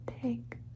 take